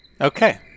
Okay